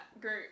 group